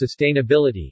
Sustainability